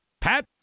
Pat